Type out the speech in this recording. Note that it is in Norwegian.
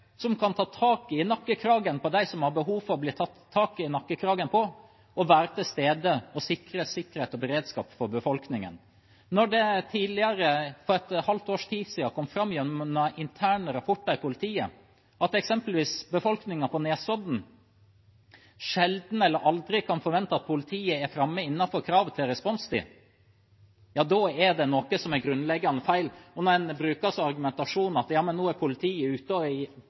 som kan ta tak i nakkekragen på dem som har behov for det – være til stede og sikre sikkerhet og beredskap for befolkningen. Da det tidligere, for et halvt års tid siden, kom fram gjennom interne rapporter i politiet at eksempelvis befolkningen på Nesodden sjelden eller aldri kan forvente at politiet er framme innenfor kravet til responstid, er det noe som er grunnleggende feil. Man bruker som argumentasjon at nå er politiet ute på patrulje. Noe av det siste som har skjedd i